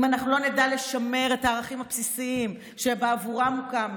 אם אנחנו לא נדע לשמר את הערכים הבסיסיים שבעבורם הוקמנו,